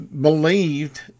believed